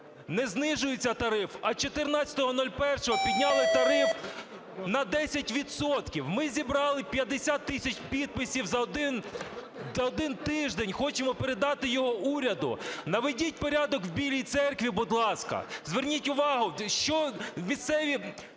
не знижується тариф, а 14.01 підняли тариф на 10 відсотків. Ми зібрали 50 тисяч підписів за один тиждень, хочемо передати його уряду. Наведіть порядок в Білій Церкві, будь ласка, зверніть увагу, що місцеві